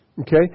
Okay